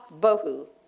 bohu